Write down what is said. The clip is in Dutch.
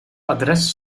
adres